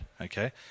okay